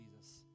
Jesus